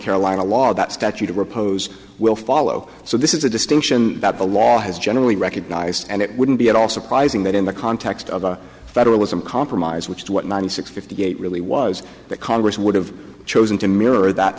carolina law that statute of repose will follow so this is a distinction that the law has generally recognized and it wouldn't be at all surprising that in the context of a federalism compromise which is what nine hundred fifty eight really was that congress would have chosen to mirror that